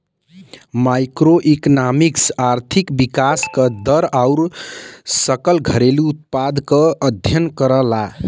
macroeconomics आर्थिक विकास क दर आउर सकल घरेलू उत्पाद क अध्ययन करला